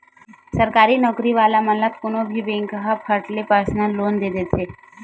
सरकारी नउकरी वाला मन ल तो कोनो भी बेंक वाले ह फट ले परसनल लोन दे देथे